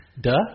Duh